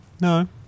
No